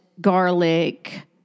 garlic